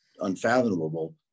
unfathomable